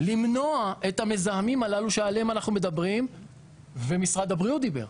למנוע את המזהמים הללו שעליהם אנחנו מדברים ומשרד הבריאות דיבר.